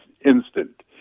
instant